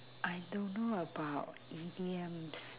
I don't know about idioms